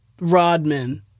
Rodman